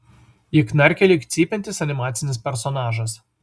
ji knarkė lyg cypiantis animacinis personažas